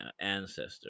ancestor